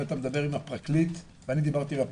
אם אתה מדבר עם הפרקליט ואני דיברתי עם הפרקליט,